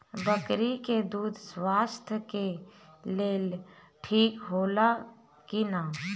बकरी के दूध स्वास्थ्य के लेल ठीक होला कि ना?